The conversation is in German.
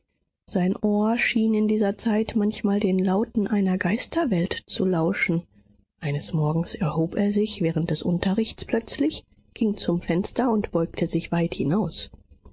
sein ohr schien in dieser zeit manchmal den lauten einer geisterwelt zu lauschen eines morgens erhob er sich während des unterrichts plötzlich ging zum fenster und beugte sich weit hinaus